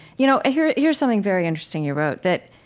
you know here's here's something very interesting you wrote that,